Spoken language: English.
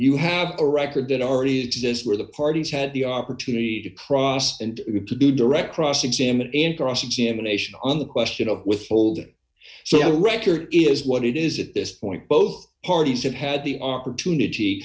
you have a record that already exists where the parties had the opportunity to process and to do direct cross examine and cross examination on the question of withholding so the record is what it is at this point both parties have had the opportunity